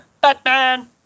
Batman